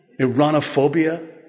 Iranophobia